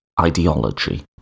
ideology